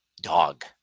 dog